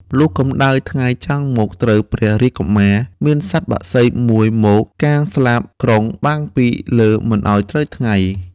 លុះកម្ដៅថ្ងៃចាំងមកត្រូវព្រះរាជកុមារ មានសត្វបក្សី ១ មក កាងស្លាបក្រុងបាំងពីលើមិនឲ្យត្រូវថ្ងៃ ។